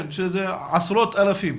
כן, שזה עשרות אלפים.